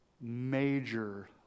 major